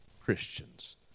christians